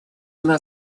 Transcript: она